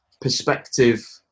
perspective